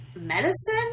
Medicine